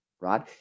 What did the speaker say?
right